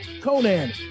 Conan